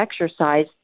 exercise